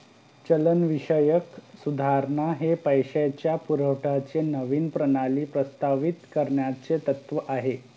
चलनविषयक सुधारणा हे पैशाच्या पुरवठ्याची नवीन प्रणाली प्रस्तावित करण्याचे तत्त्व आहे